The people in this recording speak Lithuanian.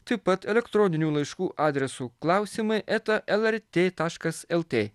taip pat elektroninių laiškų adresu klausimai eta lrt taškas lt